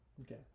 Okay